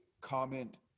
comment